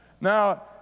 Now